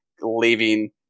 leaving